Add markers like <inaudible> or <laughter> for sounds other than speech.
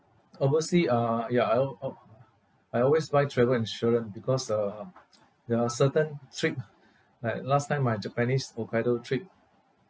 oversea uh ya I'll I'll I always buy travel insurance because uh <noise> there are certain trip like last time my japanese hokkaido trip